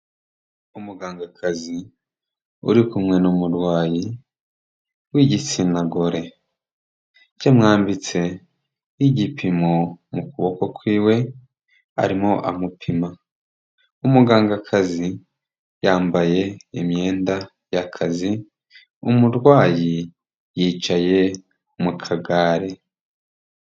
Umugangakazi uri kumwe n'umurwanyi w'igitsina gore. Yamwambitse igipimo mu kuboko kw'iwe, arimo amupima. Umugangakazi yambaye imyenda y'akazi, umurwayi yicaye mu kagare.